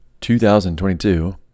2022